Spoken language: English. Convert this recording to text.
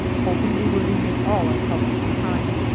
hoping we were leaving all our troubles behind.